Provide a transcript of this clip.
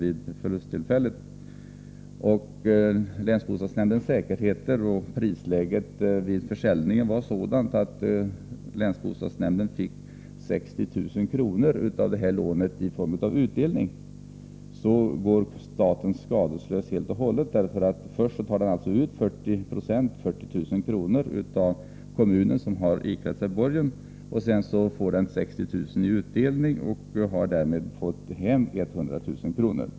vid förlusttillfället — och länsbostadsnämndens säkerheter och prisläget vid försäljningen var sådana att länsbostadsnämnden fick 60 000 kr. av lånet i form av utdelning. Staten går då helt och hållet skadeslös. Först tar staten alltså ut 40 96, dvs. 40 000 kr., av kommunen som har iklätt sig borgen, och sedan får staten 60 000 kr. i utdelning. Därmed har man så att säga tagit hem 100 000 kr.